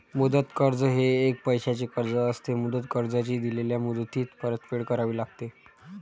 मुदत कर्ज हे एक पैशाचे कर्ज असते, मुदत कर्जाची दिलेल्या मुदतीत परतफेड करावी लागते